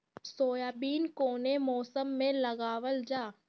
Soybean कौने मौसम में लगावल जा?